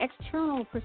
external